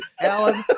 Alan